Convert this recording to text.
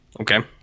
Okay